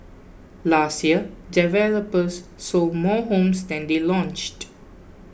last year developers sold more homes than they launched